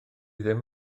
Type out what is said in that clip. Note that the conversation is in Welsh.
ddim